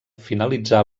finalitzà